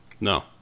No